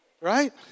Right